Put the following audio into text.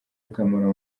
akamaro